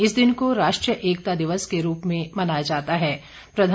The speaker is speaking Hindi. इस दिन को राष्ट्रीय एकता दिवस के रूप में मनाया जाता हैच